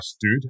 dude